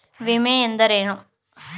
ವಿಮೆ ಎಂದರೇನು?